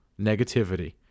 Negativity